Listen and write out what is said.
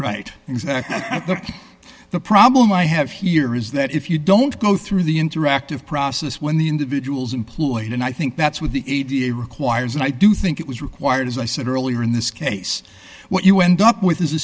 right exactly the problem i have here is that if you don't go through the interactive process when the individual's employed and i think that's what the a t f requires and i do think it was required as i said earlier in this case what you end up with is a